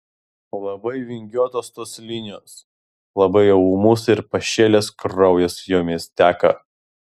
labai vingiuotos tos linijos labai jau ūmus ir pašėlęs kraujas jomis teka